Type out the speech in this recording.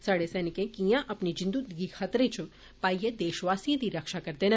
साहडे सैनिक कियां अपनी जिन्दू गी खतरे च पाइए देशवासिएं दी रक्षा करदे न